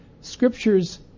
scriptures